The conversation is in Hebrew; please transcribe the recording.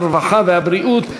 הרווחה והבריאות.